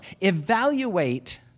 Evaluate